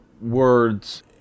words